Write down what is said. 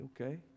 Okay